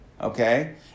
okay